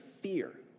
fear